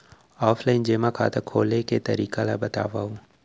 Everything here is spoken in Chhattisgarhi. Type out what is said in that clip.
ऑफलाइन जेमा खाता खोले के तरीका ल बतावव?